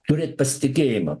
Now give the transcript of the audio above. turėt pasitikėjimą